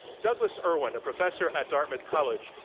douglas irwin, a professor at dartmouth college.